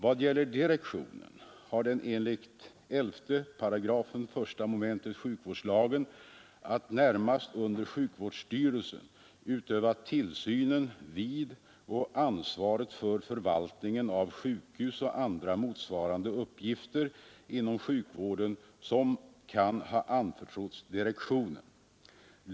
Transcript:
Vad gäller direktionen har den enligt 11 § I mom. sjukvårdslagen att närmast under sjukvårdsstyrelsen utöva tillsynen vid och ansvaret för förvaltningen av sjukhus och andra motsvarande uppgifter inom sjukvården som kan ha anförtrotts direktionen.